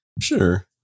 Sure